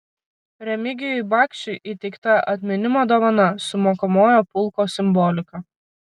remigijui bakšiui įteikta atminimo dovana su mokomojo pulko simbolika